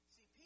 See